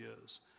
years